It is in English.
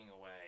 away